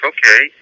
Okay